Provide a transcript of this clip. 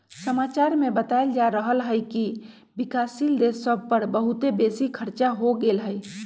समाचार में बतायल जा रहल हइकि विकासशील देश सभ पर बहुते बेशी खरचा हो गेल हइ